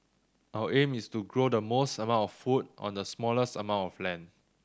our aim is to grow the most amount of food on the smallest amount of land